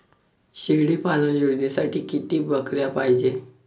शेळी पालन योजनेसाठी किती बकऱ्या पायजे?